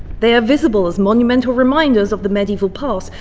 they are visible as monumental reminders of the medieval past,